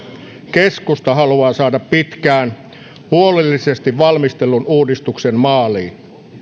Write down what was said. keskusta haluaa saada pitkään ja huolellisesti valmistellun uudistuksen maaliin